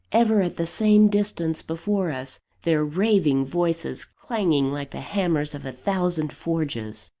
ever at the same distance before us their raving voices clanging like the hammers of a thousand forges.